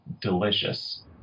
delicious